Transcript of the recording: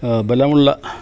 ബലമുള്ള